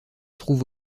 trouve